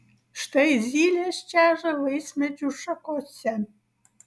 štai zylės čeža vaismedžių šakose